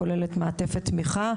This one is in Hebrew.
הכוללת מעטפת תמיכה,